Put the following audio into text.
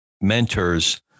mentors